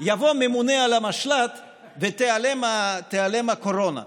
שיבוא ממונה על המשל"ט ותיעלם הקורונה.